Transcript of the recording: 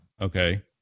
Okay